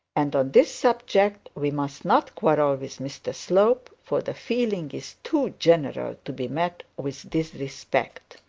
and on this subject we must not quarrel with mr slope, for the feeling is too general to be met with disrespect.